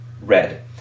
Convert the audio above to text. red